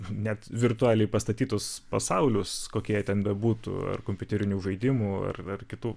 net virtualiai pastatytus pasaulius kokie jie ten bebūtų ar kompiuterinių žaidimų ar ar kitų